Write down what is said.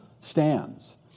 stands